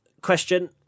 Question